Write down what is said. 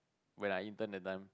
when I intern that time